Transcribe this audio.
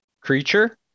creature